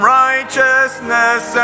righteousness